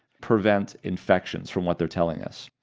prevent infections from what they're telling us.